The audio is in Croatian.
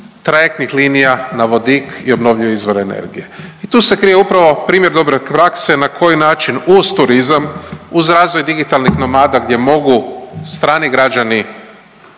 trajektnih linija na vodik i obnovljivi izvor energije. I tu se krije upravo primjer dobre prakse na koji način uz turizam, uz razvoj digitalnih nomada gdje mogu strani građani